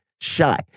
shy